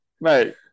mate